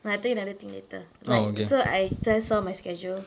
no I tell you another thing later like so I just saw my schedule